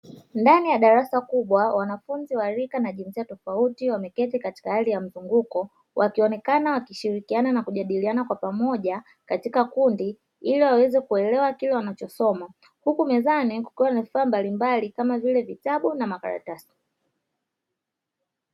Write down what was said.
Ndani ya darasa kubwa wanafunzi wa rika na jinsia tofauti wameketi katika hali ya mzunguko wakionekana wakishirikiana na kujadiliana kwa pamoja katika kundi, ili waweze kuelewa kile wanachosoma huku mezani kukiwa na vifaambalimbali kama vile vitabu na makaratasi.